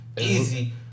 easy